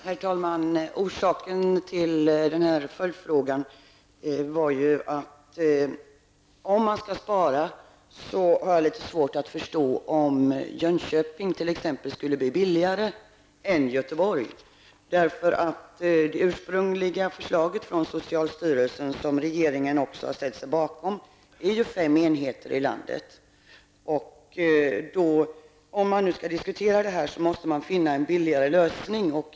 Herr talman! Orsaken till den här följdfrågan var ju, att jag har litet svårt att förstå att det är någon skillnad mellan t.ex. Jönköping och Göteborg om man skall spara. Socialstyrelsens ursprungliga förslag, som regeringen också har ställt sig bakom, avser ju fem enheter i landet. Skall man diskutera det hela måste man ju finna en billigare lösning.